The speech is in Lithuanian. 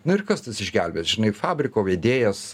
na ir kas tas išgelbės žinai fabriko vedėjas